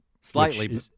slightly